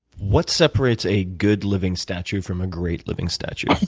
what separates a good living statue from a great living statue?